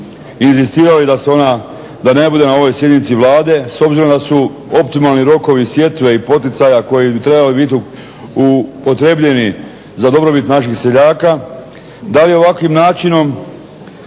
inzistirali da se ona ne bude na ovoj sjednici Vlade s obzirom da su optimalni rokovi sjetve i poticaja koji bi trebali biti upotrjebljeni za dobrobit naših seljaka? Da li ovakvim načinom